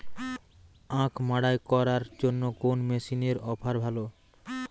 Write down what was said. আখ মাড়াই করার জন্য কোন মেশিনের অফার ভালো?